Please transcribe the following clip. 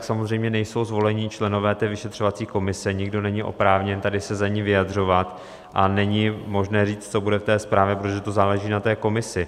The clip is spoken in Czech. Samozřejmě nejsou zvoleni členové té vyšetřovací komise, nikdo není oprávněn tady se za ni vyjadřovat a není možné říct, co bude v té zprávě, protože to záleží na té komisi.